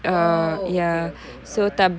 oh okay okay alright